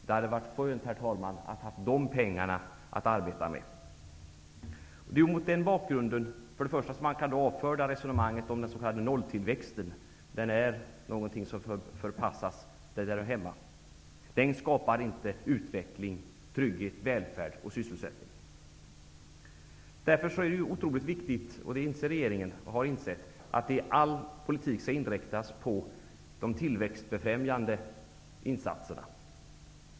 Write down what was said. Det hade varit skönt, herr talman, att ha de pengarna att arbeta med. Det är mot den bakgrunden som man kan avfärda resonemanget om den s.k. nolltillväxten. Den är någonting som bör förpassas dit där den hör hemma. Den skapar inte utveckling, trygghet, välfärd och sysselsättning. Därför är det otroligt viktigt -- det inser regeringen -- att all politik inriktas på de tillväxtbefrämjande insatserna.